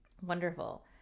Wonderful